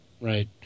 Right